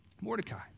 Mordecai